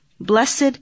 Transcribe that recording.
Blessed